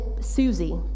Susie